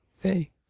Hey